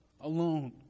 alone